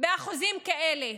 באחוזים כאלה?